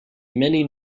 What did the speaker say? many